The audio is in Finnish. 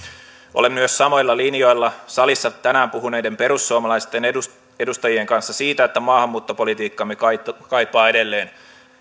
olen myös samoilla linjoilla salissa tänään puhuneiden perussuomalaisten edustajien kanssa siitä että maahanmuuttopolitiikkamme kaipaa kaipaa edelleen